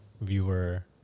viewer